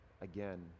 again